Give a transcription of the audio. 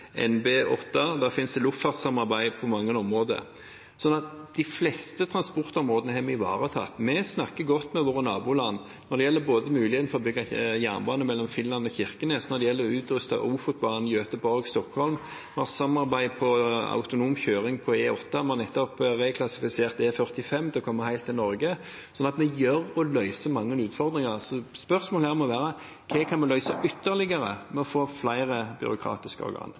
finnes luftfartssamarbeid på mange områder, så de fleste transportområdene har vi ivaretatt. Vi snakker godt med våre naboland når det gjelder både muligheten for å bygge jernbane mellom Finland og Kirkenes, når det gjelder å utruste Ofotbanen, og når det gjelder Gøteborg–Stockholm. Vi har samarbeid på autonom kjøring på E8, og vi har nettopp reklassifisert E45 til å komme helt til Norge. Vi gjør mye og løser mange utfordringer, så spørsmålet her må være: Hva kan vi løse ytterligere ved å få flere byråkratiske organer?